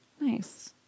Nice